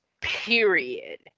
Period